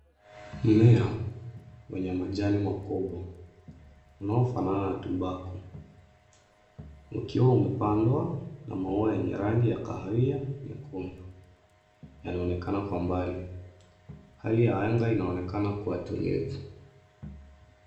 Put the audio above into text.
Mmea wenye majani makubwa unaofanana na tumbaku; ikiwa umepandwa na maua yenye rangi ya kahawia yanaonekana kwa mbali. Hali ya anga inaonekana kuwa tulivu.